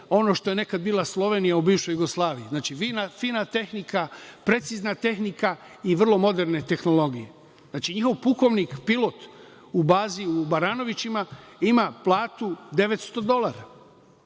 ono što je nekad bila Slovenija u bivšoj Jugoslaviji, fina tehnika, precizna tehnika i vrlo moderne tehnologije. NJihov pukovnik, pilot, u bazi u „Baranovićima“ ima platu 900 dolara.